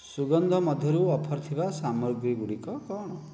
ସୁଗନ୍ଧ ମଧ୍ୟରୁ ଅଫର୍ ଥିବା ସାମଗ୍ରୀଗୁଡ଼ିକ ସବୁ କ'ଣ